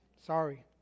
Sorry